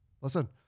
Listen